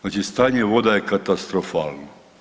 Znači stanje voda je katastrofalno.